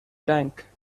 tank